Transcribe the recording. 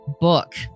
book